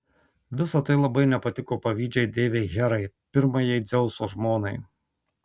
visa tai labai nepatiko pavydžiai deivei herai pirmajai dzeuso žmonai